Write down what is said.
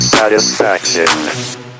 Satisfaction